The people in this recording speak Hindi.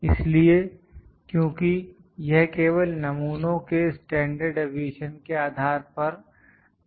इसलिए क्योंकि यह केवल नमूनों के स्टैंडर्ड डिवीएशन के आधार पर आकलन कर सकता है